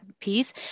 piece